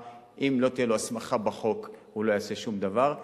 אם לא תהיה לו הסמכה בחוק הוא לא יעשה שום דבר.